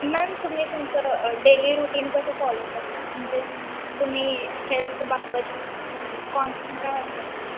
ma'am तुम्ही तुमचं daily routine कसं फॉलो करता म्हणजे तुम्ही हेल्तबाबत कॉन्स्टंट राहता